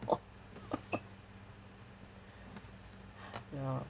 ~ore ya